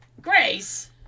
Grace